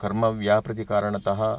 कर्मव्यापृतिकारणतः